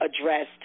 addressed